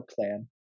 plan